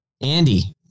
Andy